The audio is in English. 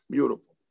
Beautiful